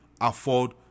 afford